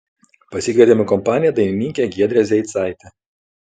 pasikvietėm į kompaniją dainininkę giedrę zeicaitę